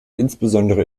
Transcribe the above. insbesondere